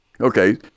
Okay